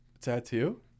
tattoo